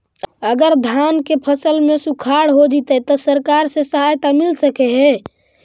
अगर धान के फ़सल में सुखाड़ होजितै त सरकार से सहायता मिल सके हे?